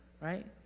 right